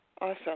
Awesome